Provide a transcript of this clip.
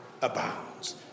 abounds